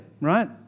right